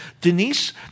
denise